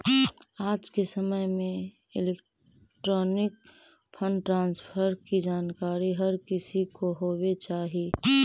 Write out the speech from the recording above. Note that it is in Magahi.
आज के समय में इलेक्ट्रॉनिक फंड ट्रांसफर की जानकारी हर किसी को होवे चाही